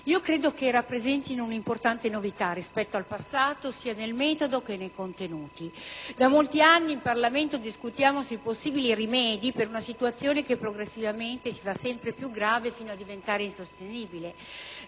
e credo che essi rappresentino un'importante novità rispetto al passato sia nel metodo che nei contenuti. Da molti anni in Parlamento discutiamo sui possibili rimedi ad una situazione che progressivamente si fa sempre più grave, fino a diventare insostenibile;